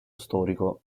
storico